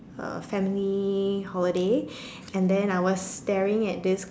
a family holiday and then I was staring at this